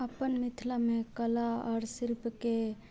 अपन मिथिलामे कला आओर शिल्पके